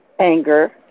anger